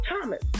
Thomas